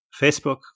Facebook